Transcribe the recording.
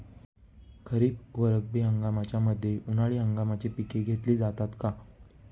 खरीप व रब्बी हंगामाच्या मध्ये उन्हाळी हंगामाची पिके घेतली जातात का?